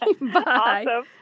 bye